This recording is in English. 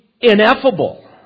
ineffable